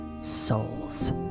souls